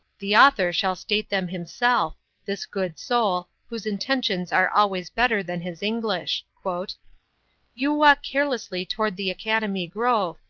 the author shall state them himself this good soul, whose intentions are always better than his english you walk carelessly toward the academy grove,